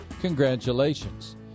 congratulations